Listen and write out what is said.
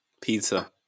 pizza